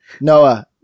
Noah